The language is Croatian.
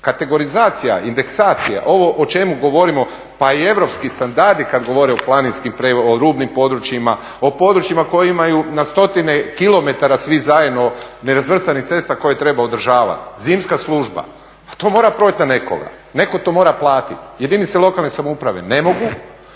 kategorizacija, indeksacija, ovo o čemu govorimo pa i europski standardi kad govore o planinskim, o rubnim područjima, o područjima koji imaju na stotine kilometara svi zajedno nerazvrstanih cesta koje treba održavati. Zimska služba, pa to mora proć na nekoga, netko to mora platit. Jedinice lokalne samouprave ne mogu.